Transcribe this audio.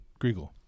Griegel